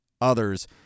others